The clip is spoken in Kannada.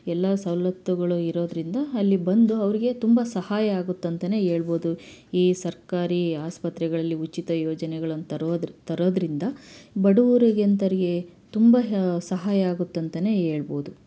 ಎಲ್ಲ ಸವಲತ್ತುಗಳು ಇರೋದರಿಂದ ಅಲ್ಲಿ ಬಂದು ಅವ್ರಿಗೆ ತುಂಬ ಸಹಾಯ ಆಗುತ್ತಂತನೇ ಹೇಳ್ಬೋದು ಈ ಸರ್ಕಾರಿ ಆಸ್ಪತ್ರೆಗಳಲ್ಲಿ ಉಚಿತ ಯೋಜನೆಗಳನ್ನು ತರೋದು ತರೋದರಿಂದ ಬಡವರಿಗೆಂಥೋರಿಗೆ ತುಂಬ ಸಹಾಯ ಆಗುತ್ತಂತನೇ ಹೇಳ್ಬೋದು